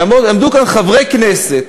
יעמדו כאן חברי כנסת,